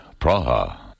Praha